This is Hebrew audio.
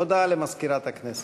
הודעה למזכירת הכנסת.